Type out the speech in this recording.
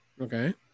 okay